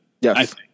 Yes